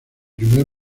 primer